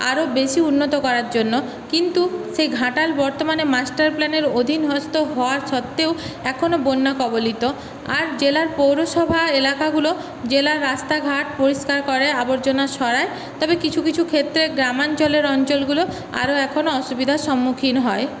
আরও বেশী উন্নত করার জন্য কিন্তু সেই ঘাটাল বর্তমানে মাস্টার প্ল্যানের অধীনস্থ হওয়া সত্ত্বেও এখনও বন্যাকবলিত আর জেলার পৌরসভা এলাকাগুলো জেলার রাস্তাঘাট পরিষ্কার করে আবর্জনা সরায় তবে কিছু কিছু ক্ষেত্রে গ্রামাঞ্চলের অঞ্চলগুলো আরও এখন অসুবিধার সম্মুখীন হয়